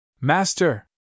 Master